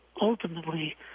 ultimately